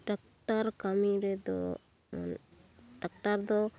tractor ᱠᱟᱹᱢᱤ ᱨᱮᱫᱚ tractor ᱫᱚ